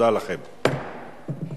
חברי